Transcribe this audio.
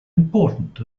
important